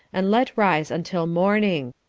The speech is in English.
and let rise until morning,